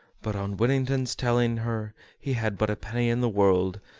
but on whittington's telling her he had but a penny in the world,